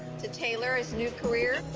to taylor's new career.